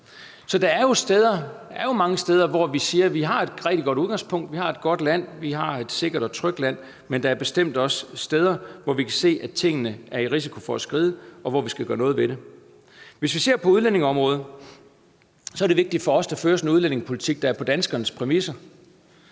Så der er jo mange steder, hvor vi siger at vi har et rigtig godt udgangspunkt, at vi har et godt land og et sikkert og trygt land. Men der er bestemt også steder, hvor vi kan se at der er risiko for, at tingene skrider, og hvor vi skal gøre noget ved det. Hvis vi ser på udlændingeområdet, er det vigtigt for os, at der føres en udlændingepolitik, der er på danskernes præmisser.